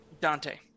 Dante